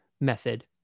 method